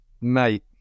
Mate